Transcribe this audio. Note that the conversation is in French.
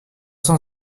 cent